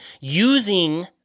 using